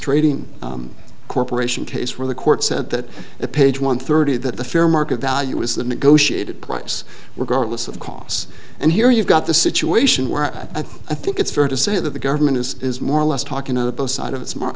trading corporation case where the court said that at page one thirty that the fair market value was the negotiated price regardless of costs and here you've got the situation where i think it's fair to say that the government is is more or less talking out of both side of its mar